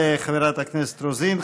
תודה לחברת הכנסת רוזין.